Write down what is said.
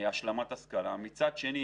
השלמת השכלה ומצד שני,